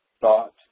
thought